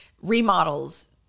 remodels